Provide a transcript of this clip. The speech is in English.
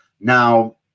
Now